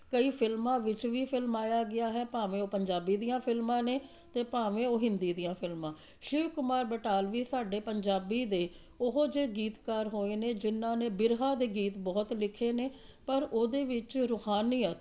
ਕਈ ਫਿਲਮਾਂ ਵਿੱਚ ਵੀ ਫਿਲਮਾਇਆ ਗਿਆ ਹੈ ਭਾਵੇਂ ਉਹ ਪੰਜਾਬੀ ਦੀਆਂ ਫਿਲਮਾਂ ਨੇ ਅਤੇ ਭਾਵੇਂ ਉਹ ਹਿੰਦੀ ਦੀਆਂ ਫਿਲਮਾਂ ਸ਼ਿਵ ਕੁਮਾਰ ਬਟਾਲਵੀ ਸਾਡੇ ਪੰਜਾਬੀ ਦੇ ਉਹ ਜਿਹੇ ਗੀਤਕਾਰ ਹੋਏ ਨੇ ਜਿਨ੍ਹਾਂ ਨੇ ਬਿਰਹਾ ਦੇ ਗੀਤ ਬਹੁਤ ਲਿਖੇ ਨੇ ਪਰ ਉਹਦੇ ਵਿੱਚ ਰੂਹਾਨੀਅਤ